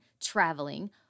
traveling